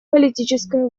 политическая